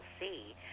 see